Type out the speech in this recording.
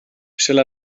shall